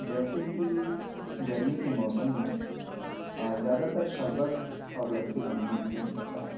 جیسے کہ گرمی کے موسم میں آزیادہ تر شربت اور لسی بنانا پسند كرتا ہوں